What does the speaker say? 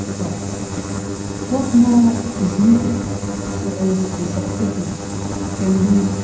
but what more is needed so as the successes can be